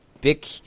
big